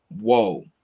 whoa